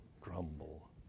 grumble